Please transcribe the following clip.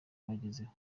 bagezeho